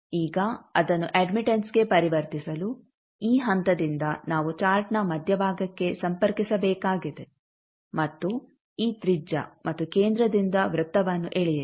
ಈಗ ಅದನ್ನು ಅಡ್ಮಿಟೆಂಸ್ಗೆ ಪರಿವರ್ತಿಸಲು ಈ ಹಂತದಿಂದ ನಾವು ಚಾರ್ಟ್ನ ಮಧ್ಯಭಾಗಕ್ಕೆ ಸಂಪರ್ಕಿಸಬೇಕಾಗಿದೆ ಮತ್ತು ಈ ತ್ರಿಜ್ಯ ಮತ್ತು ಕೇಂದ್ರದಿಂದ ವೃತ್ತವನ್ನು ಎಳೆಯಿರಿ